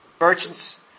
Merchants